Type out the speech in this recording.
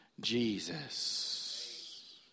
Jesus